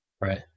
right